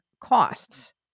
costs